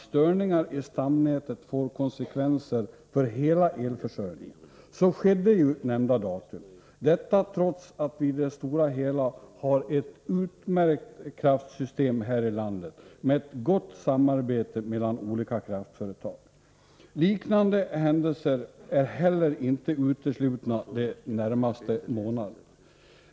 Störningar i stamnätet får konsekvenser för hela elförsörjningen, vilket ju också skedde nämnda datum. Detta hände trots att vi i det stora hela har ett utmärkt kraftsystem här i landet. Det förekommer ett gott samarbete mellan olika kraftföretag. Liknande händelser är inte heller uteslutna de närmaste månaderna.